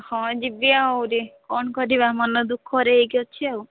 ହଁ ଯିବି ଆହୁରି କ'ଣ କରିବା ମନ ଦୁଃଖରେ ହେଇକି ଅଛି ଆଉ